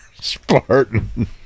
Spartan